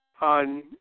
on